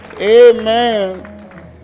amen